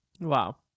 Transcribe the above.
Wow